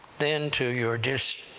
then to your dismay,